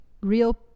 real